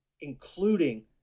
including